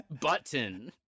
button